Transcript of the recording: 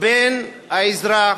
בין האזרח